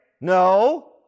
No